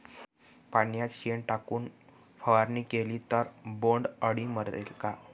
पाण्यात शेण टाकून फवारणी केली तर बोंडअळी मरेल का?